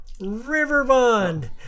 Riverbond